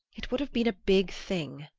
it would have been a big thing.